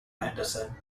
anderson